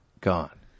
gone